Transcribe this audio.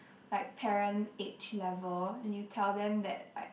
like parent age level and you tell them that like